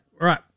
right